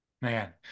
Man